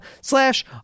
slash